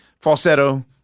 falsetto